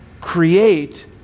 ...create